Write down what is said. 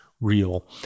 real